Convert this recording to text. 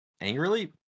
Angrily